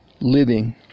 living